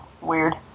weird